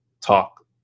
talk